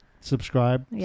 subscribe